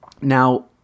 Now